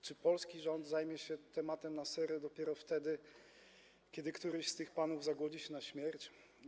Czy polski rząd zajmie się na serio tym tematem dopiero wtedy, kiedy któryś z tych panów zagłodzi się na śmierć?